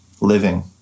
living